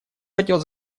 хотел